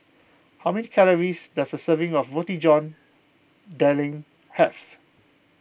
how many calories does a serving of Roti John Daging have